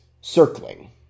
circling